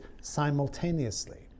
simultaneously